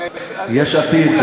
יש עתיד,